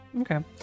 Okay